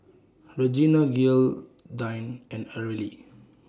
Regina Gearldine and Areli